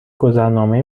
گذرنامه